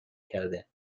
کرده